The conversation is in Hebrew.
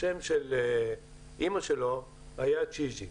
השם של אמא שלו היה צ'יזיק.